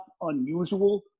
unusual